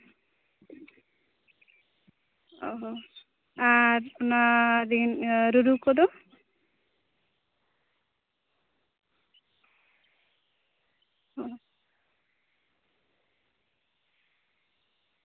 ᱚ ᱦᱚ ᱟᱨ ᱚᱱᱟ ᱨᱮᱱ ᱨᱩᱨᱩ ᱠᱚᱫᱚ ᱚ